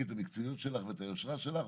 את המקצועיות ואת היושרה שלך,